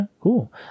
cool